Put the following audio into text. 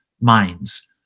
minds